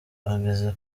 ageze